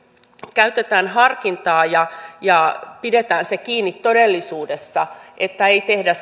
käytetään harkintaa ja ja pidetään se kiinni todellisuudessa että ei tehdä